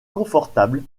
confortable